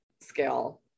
scale